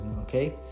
okay